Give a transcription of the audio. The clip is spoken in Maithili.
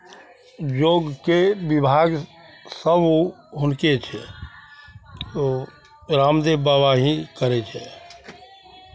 योगके विभाग सभ हुनके छै ओ रामदेव बाबा ही करै छै